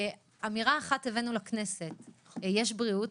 אמירה אחת הבאנו לכנסת: יש בריאות.